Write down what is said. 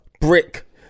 brick